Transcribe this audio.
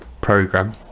program